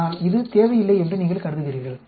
ஆனால் இது தேவையில்லை என்று நீங்கள் கருதுகிறீர்கள்